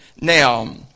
Now